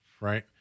right